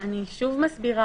אני שוב מזכירה,